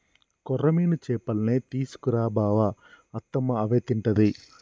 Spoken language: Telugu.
కొర్రమీను చేపల్నే తీసుకు రా బావ అత్తమ్మ అవే తింటది